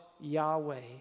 Yahweh